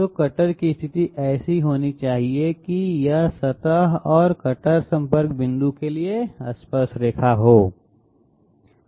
तो कटर की स्थिति ऐसी होनी चाहिए कि यह सतह और कटर संपर्क बिंदु के लिए स्पर्शरेखा होनी चाहिए